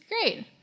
great